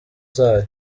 zayo